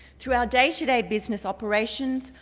through our day to day business operations,